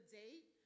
date